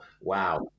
wow